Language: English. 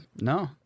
No